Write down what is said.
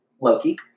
Loki